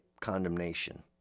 Condemnation